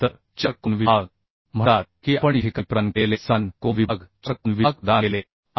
तर चार कोन विभाग म्हणतात की आपण या ठिकाणी प्रदान केलेले समान कोन विभाग चार कोन विभाग प्रदान केले आहेत